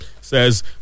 says